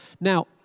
Now